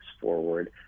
forward